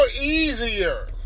easier